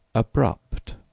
abrupt,